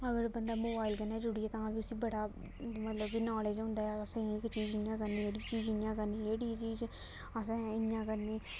अगर बंदा मोबाइल कन्नै जुड़ी गेदा तां बी उस्सी बड़ा मतलब कि नौलेज होंदा ऐ असें एह्डी चीज इ'यां करनी एह्डी चीज इ'यां करनी एह्डी चीज असें इ'यां करनी ते